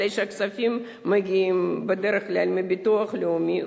בגלל שהכספים מגיעים בדרך כלל מביטוח לאומי,